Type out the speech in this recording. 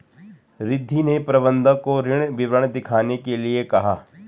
रिद्धी ने प्रबंधक को ऋण विवरण दिखाने के लिए कहा